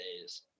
days